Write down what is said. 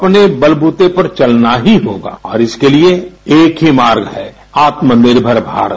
अपने बलवूते पर चलना ही होगा और इसके लिए एक ही मार्ग है आत्मनिर्मर भारत